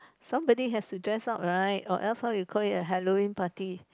somebody has to dress up right or else how you call it a Halloween party